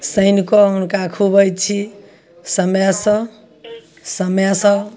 सानिकऽ हुनका खुआबय छी समयसँ समयसँ